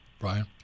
Brian